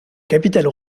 capitale